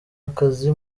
akazi